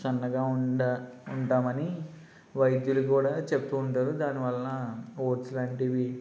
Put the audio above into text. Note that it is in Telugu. సన్నగా ఉండ ఉంటామని వైద్యులు కూడా చెప్తుంటరు దానివల్ల ఓట్స్ లాంటివి